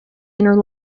inner